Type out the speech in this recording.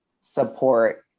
support